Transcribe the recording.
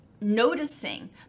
noticing